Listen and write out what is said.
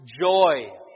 joy